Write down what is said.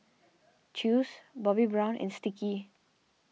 Chew's Bobbi Brown and Sticky